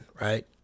right